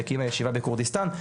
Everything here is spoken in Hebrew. שהקימה ישיבה בכורדיסטן,